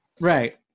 Right